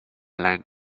length